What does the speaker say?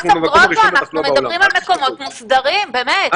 אנחנו במקום ראשון בתחלואה בעולם.